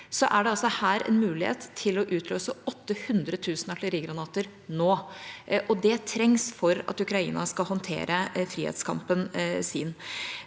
år, er det altså her en mulighet til å utløse 800 000 artillerigranater nå. Og det trengs for at Ukraina skal håndtere frihetskampen sin.